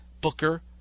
Booker